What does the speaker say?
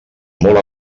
molt